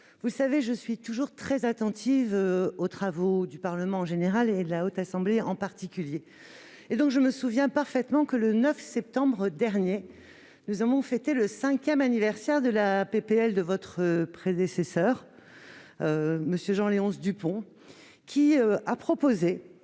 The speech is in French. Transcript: vous le savez, je suis toujours très attentive aux travaux du Parlement en général, de la Haute Assemblée en particulier. Aussi, je me souviens parfaitement que, le 9 septembre dernier, nous avons célébré le cinquième anniversaire de la proposition de loi de votre prédécesseur, M. Jean-Léonce Dupont, qui a proposé